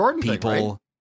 people